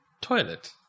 toilet